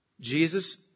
Jesus